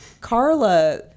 Carla